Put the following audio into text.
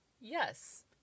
Yes